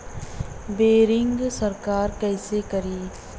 Boring सरकार कईसे करायी?